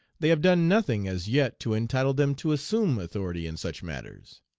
they have done nothing as yet to entitle them to assume authority in such matters.